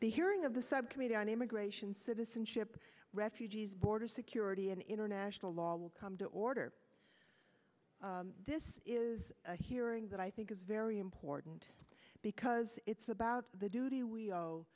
the hearing of the subcommittee on immigration citizenship refugees border security and international law will come to order this is a hearing that i think is very important because it's about the duty we owe